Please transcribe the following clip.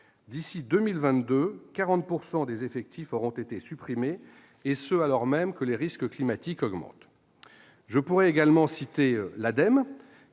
D'ici à 2022, 40 % des effectifs auront été supprimés, alors même que les risques climatiques augmentent. Je pourrais également citer l'ADEME,